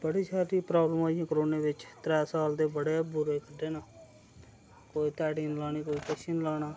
बड़ी सारी प्राब्लम आइयां कोरोना च त्रै साल ते बड़े बुरे कट्टे न कोई ध्याड़ी नी लानी कोई किश नी लाना